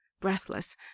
Breathless